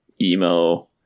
emo